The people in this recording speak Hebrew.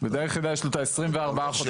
בדירה יחידה יש את 24 החודשים.